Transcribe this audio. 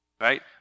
Right